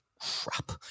crap